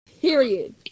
Period